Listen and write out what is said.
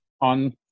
on